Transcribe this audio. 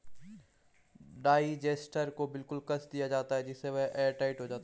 digester को बिल्कुल कस दिया जाता है जिससे वह एयरटाइट हो जाता है